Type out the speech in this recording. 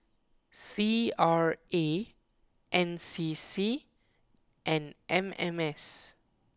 C R A N C C and M M S